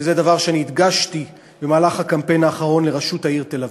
וזה דבר שאני הדגשתי במהלך הקמפיין האחרון לראשות העיר תל-אביב,